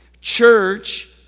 Church